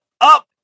up